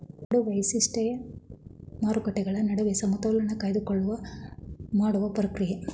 ಎರಡು ವೈಶಿಷ್ಟ್ಯ ಮಾರುಕಟ್ಟೆಗಳ ನಡುವೆ ಸಮತೋಲನೆ ಕಾಯ್ದುಕೊಳ್ಳಲು ಮಾಡುವ ಪ್ರಕ್ರಿಯೆ